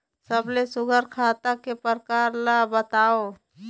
सबले सुघ्घर खाता के प्रकार ला बताव?